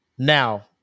Now